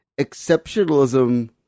exceptionalism